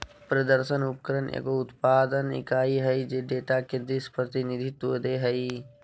प्रदर्शन उपकरण एगो उत्पादन इकाई हइ जे डेटा के दृश्य प्रतिनिधित्व दे हइ